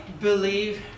believe